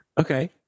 Okay